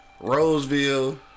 Roseville